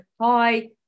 Hi